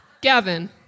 Gavin